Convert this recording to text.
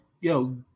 Yo